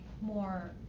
more